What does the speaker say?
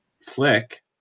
Flick